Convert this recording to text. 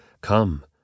Come